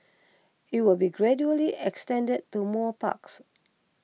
it will be gradually extended to more parks